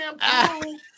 shampoo